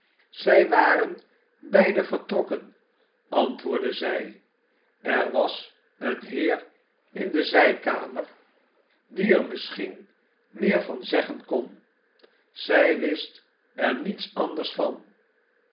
zij waren beiden vertrokken antwoordde zij er was eenheerinde zijkamer die er misschien meer van zeggen kon zij wist er niets anders van